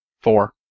Four